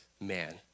man